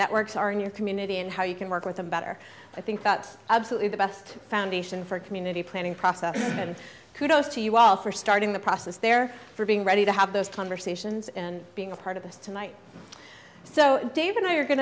networks are in your community and how you can work with them better i think that's absolutely the best foundation for the community planning process and kudos to you all for starting the process there for being ready to have those conversations and being a part of this tonight so dave and i are going